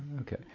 Okay